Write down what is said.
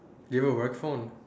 you have work phone